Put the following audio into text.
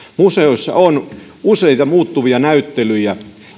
museoissa on useita muuttuvia näyttelyjä